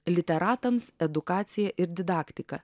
literatams edukacija ir didaktika